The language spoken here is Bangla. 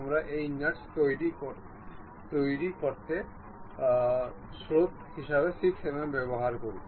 আমি এই অন্য চাকার সাথে একই কাজ করব